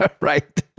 Right